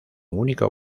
único